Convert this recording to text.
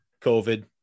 COVID